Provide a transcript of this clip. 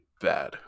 bad